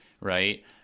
right